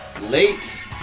late